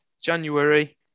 January